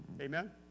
Amen